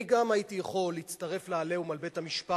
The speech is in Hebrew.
גם אני הייתי יכול להצטרף ל"עליהום" על בית-המשפט